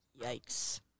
Yikes